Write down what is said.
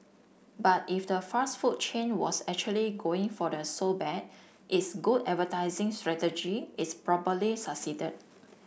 but if the fast food chain was actually going for the so bad it's good advertising strategy its probably succeeded